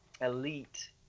elite